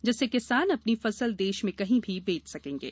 जिससे किसान अपनी फसल देश में कहीं भी बेंच सकेंगे